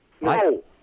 No